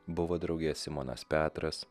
buvo drauge simonas petras